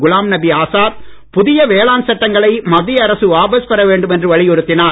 குலாம்நபி ஆசாத் புதிய வேளாண் சட்டங்களை மத்திய அரசு வாபஸ் பெற வேண்டும் என்று வலியுறுத்தினார்